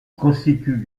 constitue